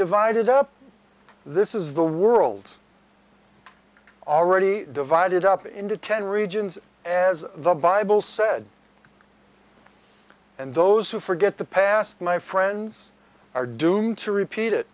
divided up this is the world already divided up into ten regions as the bible said and those who forget the past my friends are doomed to repeat it